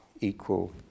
equal